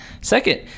second